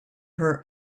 her